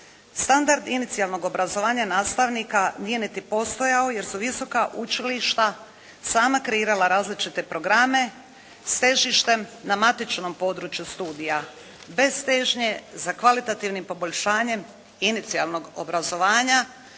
Standard inicijalnog obrazovanja nastavnika nije niti postojao jer su visoka učilišta sama kreirala različite programe s težištem na matičnom području studija bez težnje za kvalitativnim poboljšanjem inicijalnog obrazovanja